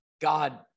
God